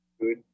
Good